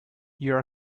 your